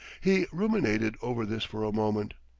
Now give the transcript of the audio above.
he ruminated over this for a moment.